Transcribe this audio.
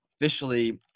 officially